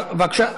בבקשה,